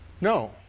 No